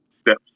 steps